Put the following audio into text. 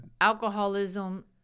alcoholism